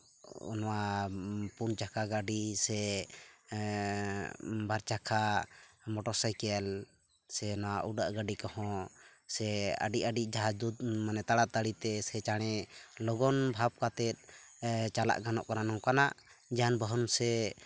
ᱱᱚᱣᱟ ᱯᱩᱱ ᱪᱟᱠᱟ ᱜᱟᱹᱰᱤ ᱥᱮ ᱵᱟᱨ ᱪᱟᱠᱟ ᱢᱚᱴᱚᱨ ᱥᱟᱭᱠᱮᱞ ᱥᱮ ᱱᱚᱣᱟ ᱩᱰᱟᱹᱜ ᱜᱟᱹᱰᱤ ᱠᱚᱦᱚᱸ ᱥᱮ ᱟᱹᱰᱤᱼᱟᱹᱰᱤ ᱡᱟᱦᱟᱸ ᱛᱟᱲᱟᱛᱟᱹᱲᱤ ᱛᱮ ᱥᱮ ᱪᱟᱬᱮ ᱞᱚᱜᱚᱱ ᱵᱷᱟᱵᱽ ᱠᱟᱛᱮᱫ ᱪᱟᱞᱟᱜ ᱜᱟᱱᱚᱜ ᱠᱟᱱᱟ ᱱᱚᱝᱠᱟᱱᱟᱜ ᱡᱟᱱᱵᱟᱦᱚᱱ ᱥᱮ